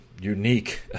unique